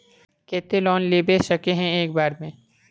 केते लोन मिलबे सके है एक बार में?